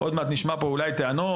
עוד נשמע פה אולי טענות,